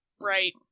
right